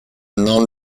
non